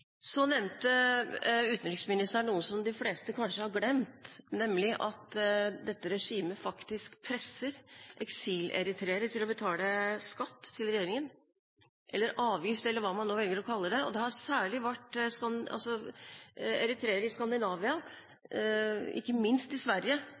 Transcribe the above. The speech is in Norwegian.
de fleste kanskje har glemt, nemlig at dette regimet faktisk presser eksileritreere til å betale skatt eller avgift – eller hva man nå velger å kalle det – til regjeringen. Det har særlig vært tilfellet med eritreere i